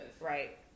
Right